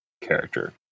character